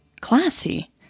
classy